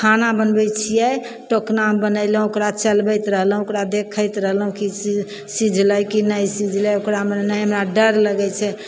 खाना बनबय छियै टोकनामे बनेलहुँ ओकरा चलबैत रहलहुँ ओकरा देखैत रहलहुँ की सीझलय की नहि सीझलय ओकरामे अहिना डर लगय छै